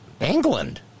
England